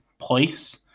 place